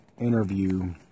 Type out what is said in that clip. interview